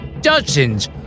dozens